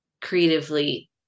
creatively